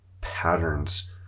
patterns